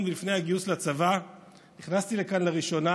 ולפני הגיוס לצבא נכנסתי לכאן לראשונה